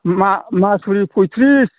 मासुरि फयथ्रिस